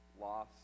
loss